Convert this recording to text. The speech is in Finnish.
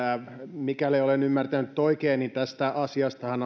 mikäli olen ymmärtänyt oikein niin tästä asiastahan